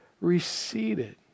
receded